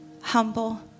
humble